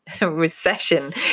recession